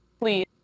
please